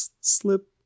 slip